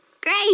Great